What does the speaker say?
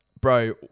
bro